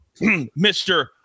Mr